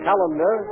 Calendar